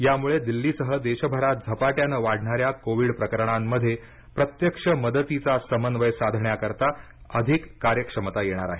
यामुळं दिल्लीसह देशभरात झपाट्यानं वाढणाऱ्या कोविड प्रकरणांमध्ये प्रत्यक्ष मदतीचा समन्वय साधण्याकरता अधिक कार्यक्षमता येईल